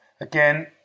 Again